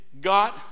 God